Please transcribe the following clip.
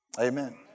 Amen